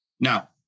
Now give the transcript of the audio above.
Now